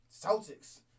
Celtics